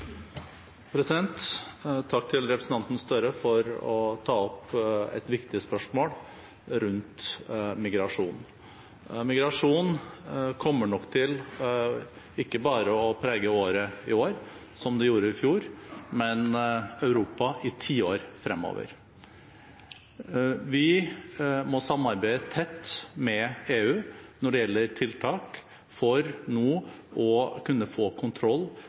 Takk til representanten Gahr Støre for å ta opp et viktig spørsmål rundt migrasjon. Migrasjon kommer nok ikke bare til å prege året i år, som det gjorde i fjor, men Europa i tiår fremover. Vi må samarbeide tett med EU når det gjelder tiltak for nå å kunne få kontroll